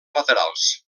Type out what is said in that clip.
laterals